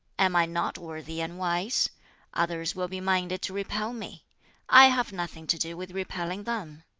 am i not worthy and wise others will be minded to repel me i have nothing to do with repelling them.